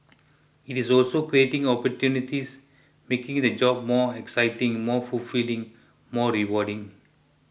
it is also creating opportunities making the job more exciting more fulfilling more rewarding